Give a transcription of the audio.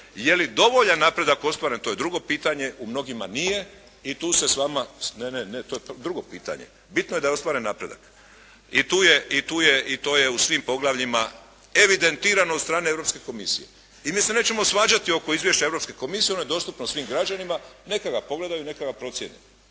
Je li dovoljan napredak ostvaren to je drugo pitanje. U mnogima nije i tu se s vama. Ne, ne, ne, to je drugo pitanje. Bitno je da je ostvaren napredak. I tu je, i tu je, i to je u svim poglavljima evidentirano od strane Europske komisije. I mi se nećemo svađati oko izvješća Europske komisije. Ono je dostupno svim građanima, neka ga pogledaju, neka ga procijene.